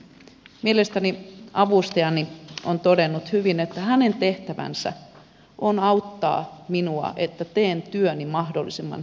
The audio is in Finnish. mielestäni avustajani on todennut hyvin että hänen tehtävänsä on auttaa minua että teen työni mahdollisimman hyvin